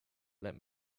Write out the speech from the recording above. let